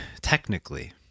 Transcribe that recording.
technically